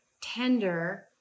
tender